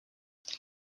what